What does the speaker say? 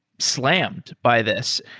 slammed by this.